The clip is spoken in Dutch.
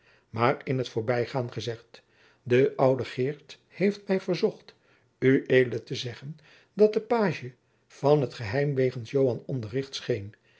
maar in t voorbijgaan gezegd de oude geert heeft mij verzocht ued te zeggen dat de pagie van het geheim wegens joan onderricht scheen